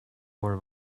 mal